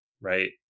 right